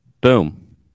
Boom